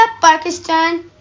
pakistan